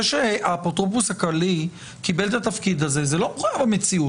זה שהאפוטרופוס הכללי קיבל את התפקיד הזה זה לא היה מחויב במציאות.